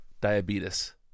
Diabetes